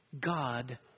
God